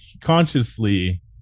consciously